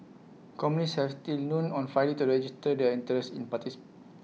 companies has till noon on Friday to register their interest in parties